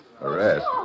Arrest